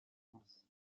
france